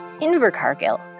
Invercargill